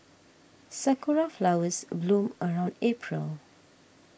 sakura flowers bloom around April